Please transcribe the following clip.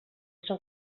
són